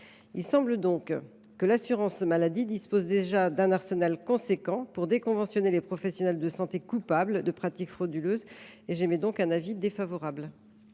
Il semble donc que l’assurance maladie dispose déjà d’un arsenal important pour déconventionner les professionnels de santé coupables de pratiques frauduleuses. C’est pourquoi la